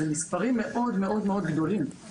אלה מספרים מאוד גדולים.